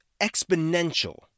exponential